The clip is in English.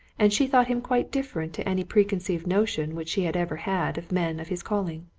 and she thought him quite different to any preconceived notion which she had ever had of men of his calling.